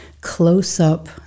close-up